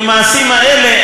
המעשים האלה,